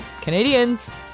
Canadians